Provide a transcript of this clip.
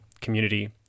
community